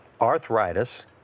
arthritis